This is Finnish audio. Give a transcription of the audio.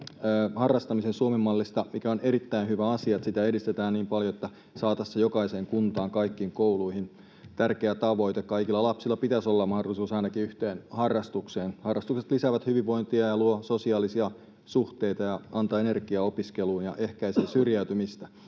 harrastamisen Suomen mallista. On erittäin hyvä asia, että sitä edistetään niin paljon, että saataisiin se jokaiseen kuntaan, kaikkiin kouluihin — tärkeä tavoite. Kaikilla lapsilla pitäisi olla mahdollisuus ainakin yhteen harrastukseen. Harrastukset lisäävät hyvinvointia ja luovat sosiaalisia suhteita ja antavat energiaa opiskeluun ja ehkäisevät syrjäytymistä.